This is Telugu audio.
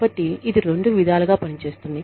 కాబట్టి ఇది రెండు విధాలుగా పనిచేస్తుంది